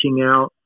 out